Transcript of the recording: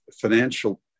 financial